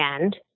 end